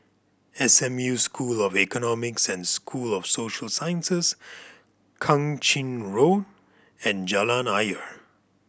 S M U School of Economics and School of Social Sciences Kang Ching Road and Jalan Ayer